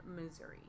Missouri